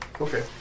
Okay